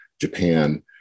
Japan